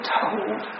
told